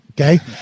Okay